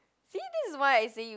see this is why I say you